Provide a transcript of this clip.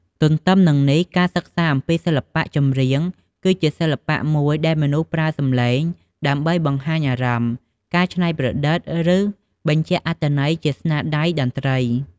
ទន្ទឹមនឹងនោះ ការសិក្សាអំពីសិល្បៈចម្រៀង គឺជាសិល្បៈមួយដែលមនុស្សប្រើសម្លេង ដើម្បីបង្ហាញអារម្មណ៍ ការច្នៃប្រឌិត ឬបញ្ជាក់អត្ថន័យជាស្នាដៃតន្ត្រី។